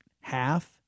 half